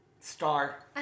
star